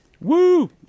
Woo